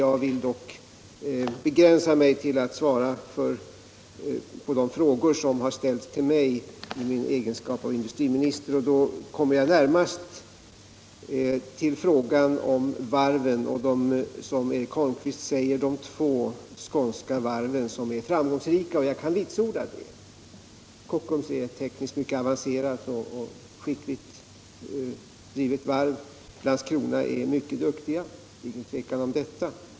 Jag vill dock begränsa mig till att svara på de frågor som ställts till mig i min egenskap av industriminister. Då kommer jag närmast till frågan om varven och de två, som Eric Holmqvist sade, framgångsrika skånska varven. Jag kan vitsorda att Kockums är ett tekniskt mycket avancerat och skickligt drivet varv, och på Landskronavarvet är de mycket duktiga — det råder ingen tvekan om det.